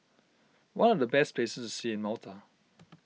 what are the best places to see in Malta